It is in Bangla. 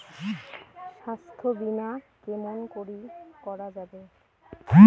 স্বাস্থ্য বিমা কেমন করি করা যাবে?